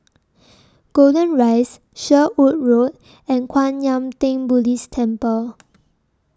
Golden Rise Sherwood Road and Kwan Yam Theng Buddhist Temple